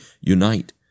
unite